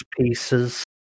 pieces